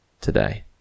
today